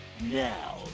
Now